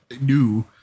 new